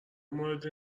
مورد